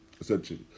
essentially